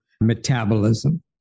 metabolism